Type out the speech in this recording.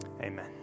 Amen